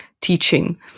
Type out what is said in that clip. teaching